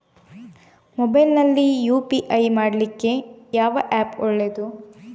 Mobile ನಲ್ಲಿ UPI ಮಾಡ್ಲಿಕ್ಕೆ ಯಾವ ಆ್ಯಪ್ ಒಳ್ಳೇದು?